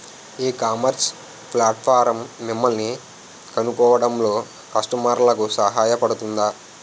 ఈ ecommerce platform మిమ్మల్ని కనుగొనడంలో కస్టమర్లకు సహాయపడుతుందా?